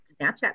Snapchat